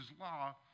law